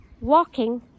walking